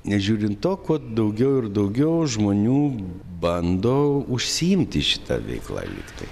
nežiūrint to kuo daugiau ir daugiau žmonių bando užsiimti šita veikla liktai